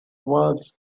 was